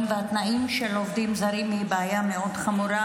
והתנאים של עובדים זרים היא בעיה מאוד חמורה,